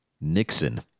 Nixon